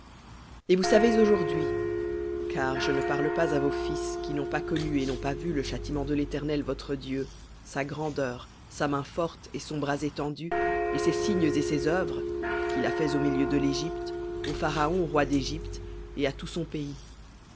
et vous savez aujourd'hui car pas à vos fils qui n'ont pas connu et n'ont pas vu le châtiment de l'éternel votre dieu sa grandeur sa main forte et son bras étendu et ses signes et ses œuvres qu'il a faits au milieu de l'égypte au pharaon roi d'égypte et à tout son pays